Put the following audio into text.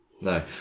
No